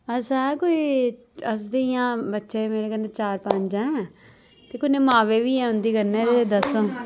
अस ऐ कोई अस ते इ'यां बच्चे मेरे कन्नै चार पंज ऐ ते कन्नै मावें बी ऐ न कन्नै ते दस्स हां